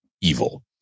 evil